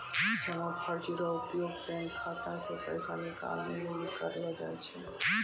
जमा पर्ची रो उपयोग बैंक खाता से पैसा निकाले लेली करलो जाय छै